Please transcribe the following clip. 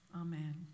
Amen